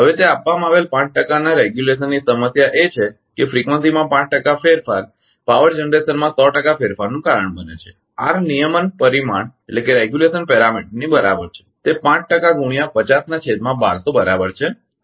હવે તે આપવામાં આવેલ 5 ટકાના નિયમનની સમસ્યા એ છે કે ફ્રીકવંસીમાં 5 ટકા ફેરફાર વીજળી ઉત્પાદનમાં 100 ટકા ફેરફારનું કારણ બને છે આર નિયમન પરિમાણ ની બરાબર છે તે 5 ટકા ગુણ્યા 50 ના છેદમાં 1200 છે બરાબર